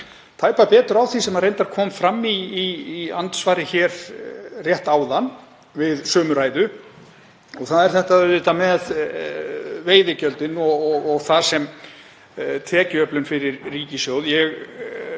að tæpa betur á því sem kom reyndar fram í andsvari rétt áðan við sömu ræðu, það er þetta með veiðigjöldin og þau sem tekjuöflun fyrir ríkissjóð.